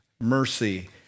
Mercy